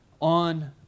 on